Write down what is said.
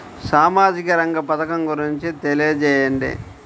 సామాజిక రంగ పథకం గురించి తెలియచేయండి?